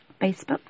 Facebook